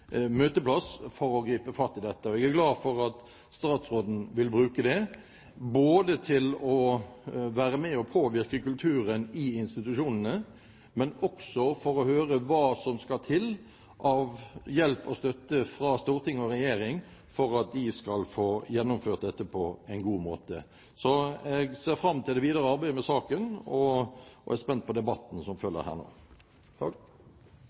møteplass for å gripe fatt i dette. Jeg er glad for at statsråden vil bruke det, både til å være med på å påvirke kulturen i institusjonene og for å høre hva som skal til av hjelp og støtte fra storting og regjering for at de skal få gjennomført dette på en god måte. Så jeg ser fram til det videre arbeidet med saken, og er spent på debatten som